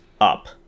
up